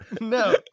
No